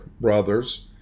brothers